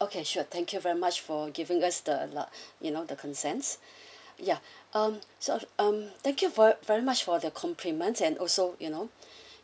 okay sure thank you very much for giving us the you know the consents ya um so um thank you very very much for the compliments and also you know